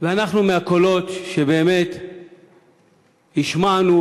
ואנחנו מהקולות שבאמת השמענו,